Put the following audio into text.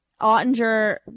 Ottinger